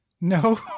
No